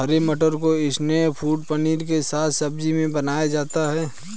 हरे मटर को snack food paneer के साथ सब्जी में बनाया जाता है